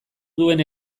duen